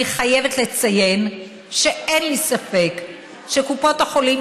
אני חייבת לציין שאין לי ספק שקופות החולים,